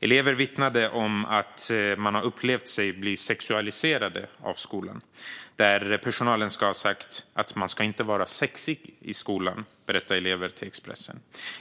Elever vittnade om att de har upplevt sig bli sexualiserade av skolan. Personalen ska ha sagt att man inte ska vara sexig i skolan. Det berättar elever för Expressen.